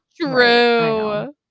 true